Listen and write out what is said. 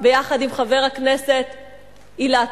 ביחד עם חבר הכנסת אילטוב,